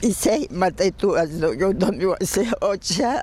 į seimą tai tuo daugiau domiuosi o čia